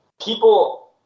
people